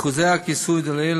אחוזי הכיסוי דלעיל,